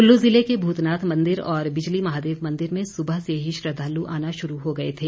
कल्लू ज़िले के भूतनाथ मंदिर और बिजली महादेव मंदिर में सुबह से ही श्रद्वालु आना शुरू हो गए थे